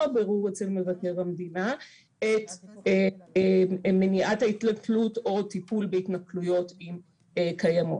הבירור אצל מבקר המדינה את מניעת ההתנכלות או טיפול בהתנכלויות אם קיימות.